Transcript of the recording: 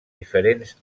diferents